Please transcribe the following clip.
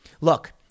Look